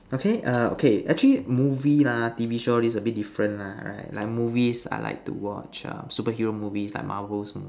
okay err okay actually movie lah T V show all this a bit different lah alright like movies I like to watch err superhero movies like Marvels mo~